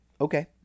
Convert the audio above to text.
Okay